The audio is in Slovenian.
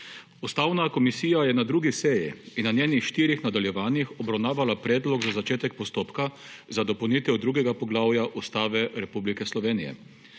Ustavna komisija je na 2. seji in na njenih štirih nadaljevanjih obravnavala Predlog za začetek postopka za dopolnitev drugega poglavja Ustave Republike Slovenije.